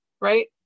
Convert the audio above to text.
right